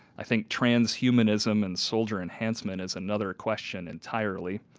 i think trans-humanism and soldier enhancement is another question entirely.